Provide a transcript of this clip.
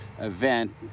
event